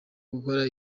gukora